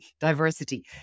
diversity